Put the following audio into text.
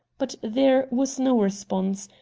but there was no response.